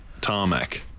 Tarmac